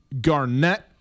Garnett